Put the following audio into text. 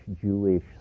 Jewish